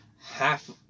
half